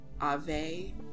Ave